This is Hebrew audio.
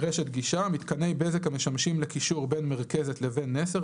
""רשת גישה" מיתקני בזק המשמשים לקישור בין מרכזת לבין נס"ר,